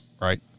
right